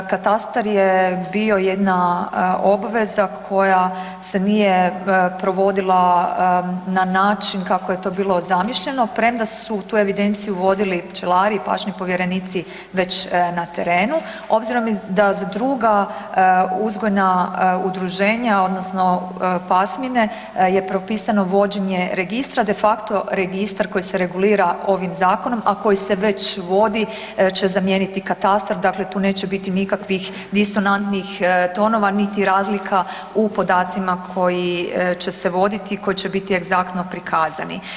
Katastar je bio jedna obveza koja se nije provodila na način kako je to bilo zamišljeno premda su tu evidenciju vodili pčelari i pašnjak povjerenici već na terenu, obzirom da za druga uzgojna udruženja odnosno pasmine je propisano vođenje registra de facto registar koji se regulira ovim zakonom, a koji se već vodi će zamijeniti katastar, dakle tu neće biti nikakvih disonantnih tonova niti razlika u podacima koji će se voditi i koji će biti egzaktno prikazani.